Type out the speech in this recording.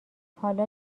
حالا